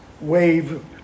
Wave